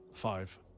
Five